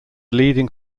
leading